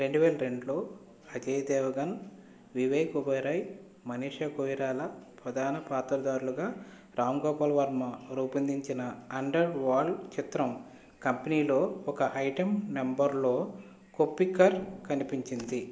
రెండు వేల రెండులో అజయ్ దేవగన్ వివేక్ ఒబెరాయ్ మనీషా కొయిరాలా ప్రధాన పాత్రధారులుగా రామ్ గోపాల్ వర్మ రూపొందించిన అండర్ వర్ల్డ్ చిత్రం కంపెనీలో ఒక ఐటెం నంబర్లో కొప్పికర్ కనిపించింది